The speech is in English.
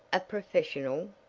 a professional?